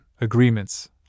agreements